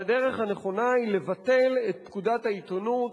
והדרך הנכונה היא לבטל את פקודת העיתונות,